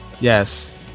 yes